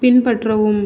பின்பற்றவும்